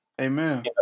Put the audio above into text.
Amen